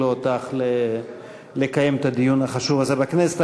אותך לקיים את הדיון החשוב הזה בכנסת.